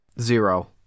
Zero